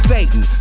Satan